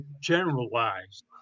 generalized